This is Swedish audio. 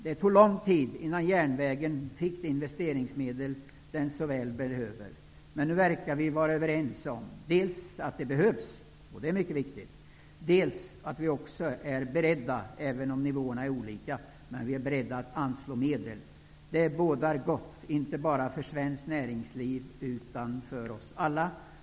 Det tog lång tid innan järnvägen fick de investeringsmedel den så väl behöver, men nu verkar vi vara överens om dels att det behövs, dels att vi också alla är beredda att anslå medel, även om nivåerna är olika. Det bådar gott inte bara för svenskt näringsliv, utan för oss alla.